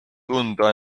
tunda